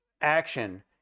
action